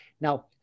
Now